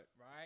Right